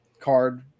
card